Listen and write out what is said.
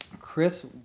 Chris